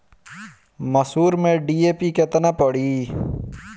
मसूर में डी.ए.पी केतना पड़ी?